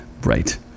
Right